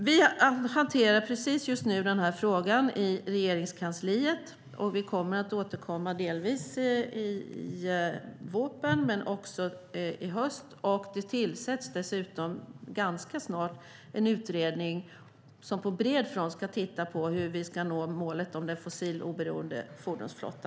Vi hanterar nu den här frågan i Regeringskansliet. Vi återkommer till den i VÅP:en och i höst. Ganska snart tillsätts en utredning som på bred front ska titta på hur vi ska nå målet om en fossiloberoende fordonsflotta.